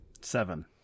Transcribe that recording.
Seven